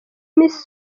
miss